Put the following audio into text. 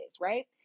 right